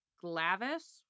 Glavis